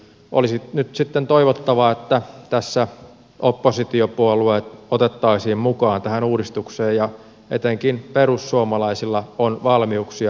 olisi nyt sitten toivottavaa että tässä oppositiopuolueet otettaisiin mukaan tähän uudistukseen ja etenkin perussuomalaisilla on valmiuksia vaikuttaa